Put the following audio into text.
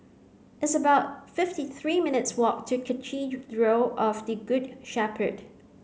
it's about fifty three minutes' walk to Cathedral of the Good Shepherd